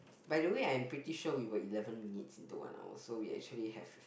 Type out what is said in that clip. by the way I'm pretty sure we were eleven minutes into one hour so we actually have